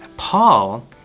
Paul